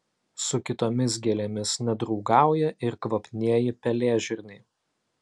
su kitomis gėlėmis nedraugauja ir kvapnieji pelėžirniai